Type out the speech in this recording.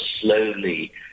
slowly